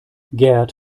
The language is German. gerd